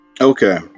Okay